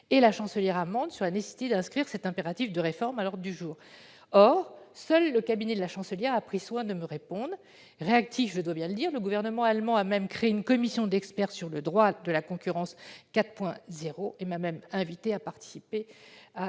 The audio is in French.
et la Chancelière allemande sur la nécessité d'inscrire cet impératif de réforme à l'ordre du jour. Or seul le cabinet de la Chancelière a pris soin de me répondre. Réactif, je dois bien le dire, le gouvernement allemand a même créé une commission d'experts sur le droit de la concurrence 4.0 et m'a invitée à participer à